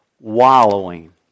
wallowing